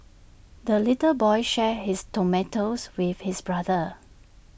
the little boy shared his tomatoes with his brother